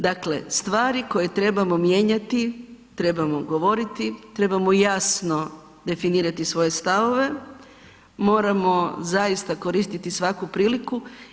Dakle, stvari koje trebamo mijenjati, trebamo govoriti, trebamo jasno definirati svoje stavove, moramo zaista koristiti svaku priliku.